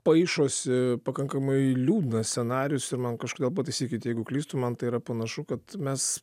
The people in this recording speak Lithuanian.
paišosi pakankamai liūdnas scenarijus ir man kažkodėl pataisykit jeigu klystu man tai yra panašu kad mes